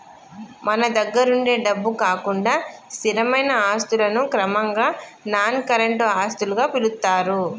మన దగ్గరుండే డబ్బు కాకుండా స్థిరమైన ఆస్తులను క్రమంగా నాన్ కరెంట్ ఆస్తులుగా పిలుత్తారు